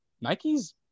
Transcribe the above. Nike's